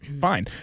Fine